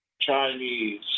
Chinese